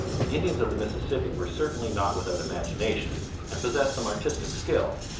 the indians of the mississippi were certainly not without imagination and possessed some artistic skill.